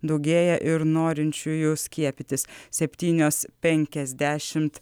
daugėja ir norinčiųjų skiepytis septynios penkiasdešim